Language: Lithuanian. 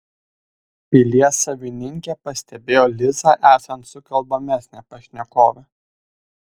pilies savininkė pastebėjo lizą esant sukalbamesnę pašnekovę